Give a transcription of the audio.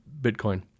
Bitcoin